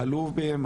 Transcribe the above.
הלובים,